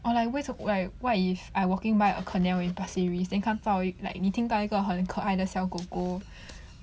or like where where what if I walking by a canal in pasir ris then 看到 like 你听到一个很可爱的小狗狗